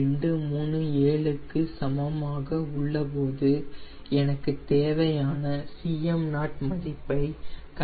237 க்கு சமமாக உள்ளபோது எனக்கு தேவையான Cm0 மதிப்பை கணக்கிட வேண்டும்